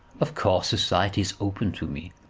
of course society is open to me.